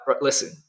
listen